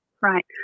Right